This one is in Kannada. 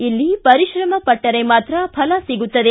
ಇಲ್ಲಿ ಪರಿಶ್ರಮ ಪಟ್ಟರೆ ಮಾತ್ರ ಫಲ ಸಿಗುತ್ತದೆ